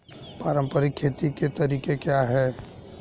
पारंपरिक खेती के तरीके क्या हैं?